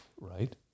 right